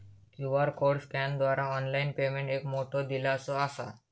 QR code स्कॅनरद्वारा online payment एक मोठो दिलासो असा